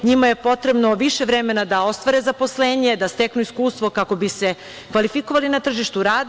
Njima je potrebno više vremena da ostvare zaposlenje, da steknu iskustvo kako bi se kvalifikovali na tržištu rada.